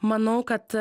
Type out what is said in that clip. manau kad